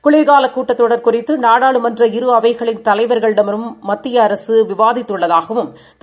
குளிர்காலகூட்டத்தொடர்குறித்து நாடாளுமன்றஇருஅவைகளின்தலைவர்களிடமும்மத்தி யஅரசுவிவாதித்துள்ளதாகவும்திரு